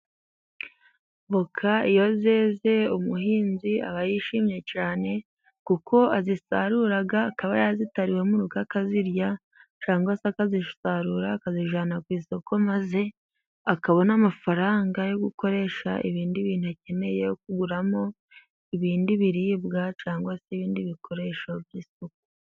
Voka iyo zeze umuhinzi aba yishimye cyane, kuko azisarura akaba yazitara iwemo murugo akazirya, cyangwa se akazisarura akazijyana ku isoko maze akabona amafaranga yo gukoresha ibindi bintu akeneye kuguramo, ibindi biribwa cyangwa se ibindi bikoresho by'isuku.